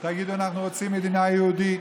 תגידו: אנחנו רוצים מדינה יהודית,